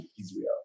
Israel